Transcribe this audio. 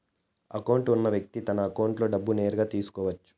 account ఉన్న వ్యక్తి తన అకౌంట్లో డబ్బులు నేరుగా తీసుకోవచ్చు